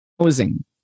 housing